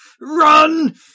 Run